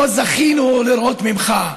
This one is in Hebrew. לא זכינו לראות ממך.